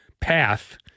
path